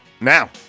Now